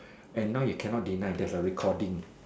and now you cannot deny there's a recording